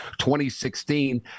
2016